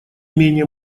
менее